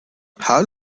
how